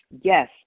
Yes